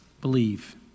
believe